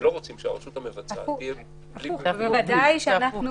ולא רוצים שהרשות המבצעת --- בוודאי שאנחנו,